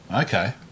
Okay